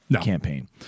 campaign